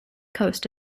coast